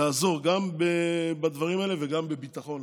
לעזור גם בדברים האלה וגם בביטחון,